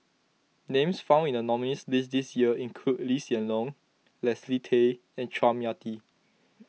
names found in the nominees' list this year include Lee Hsien Loong Leslie Tay and Chua Mia Tee